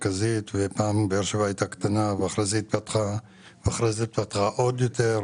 פעם באר שבע הייתה קטנה ואחר כך התפתחה ואחר כך התפתחה עוד יותר.